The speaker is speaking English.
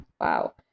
Wow